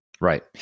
right